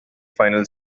final